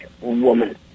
woman